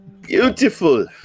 Beautiful